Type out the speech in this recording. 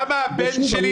למה הבן שלי,